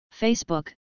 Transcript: Facebook